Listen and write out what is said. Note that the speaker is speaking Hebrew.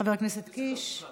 חבר הכנסת קיש, מוסי?